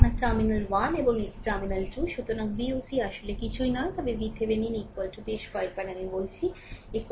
সুতরাং এটি আপনার টার্মিনাল 1 এবং এটি টার্মিনাল 2 সুতরাং VOC আসলে কিছুই নয় তবে VThevenin বেশ কয়েকবার আমি বলছি v 1 2